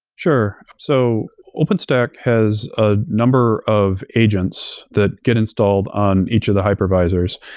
sure. so openstack has a number of agents that get installed on each of the hypervisors.